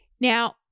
Now